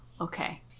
Okay